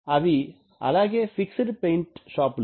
అవి అలాగే fixed paint షాపులు